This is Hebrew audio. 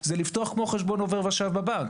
היא לפתוח כמו חשבון עובר ושב בבנק.